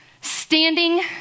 Standing